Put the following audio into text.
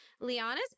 liana's